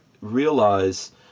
realize